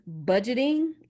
budgeting